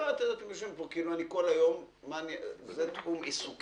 אתם יושבים פה כאילו זה תחום עיסוקנו